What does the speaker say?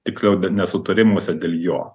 tiksliau nesutarimuose dėl jo